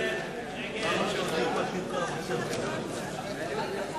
הצעת סיעות רע"ם-תע"ל חד"ש בל"ד להביע